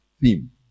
theme